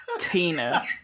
Tina